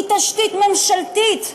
היא תשתית ממשלתית,